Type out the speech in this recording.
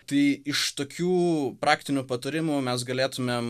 tai iš tokių praktinių patarimų mes galėtumėm